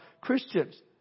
Christians